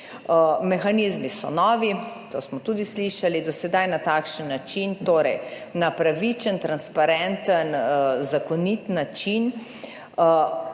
Mehanizmi so novi, to smo tudi slišali. Do sedaj na takšen način, torej na pravičen, transparenten, zakonit način,